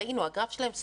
ראינו, הגרף שלהם סטטי,